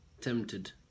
tempted